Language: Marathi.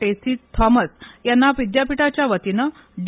टेसी थॉमस यांना विद्यापीठाच्या वतीनं डी